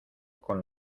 con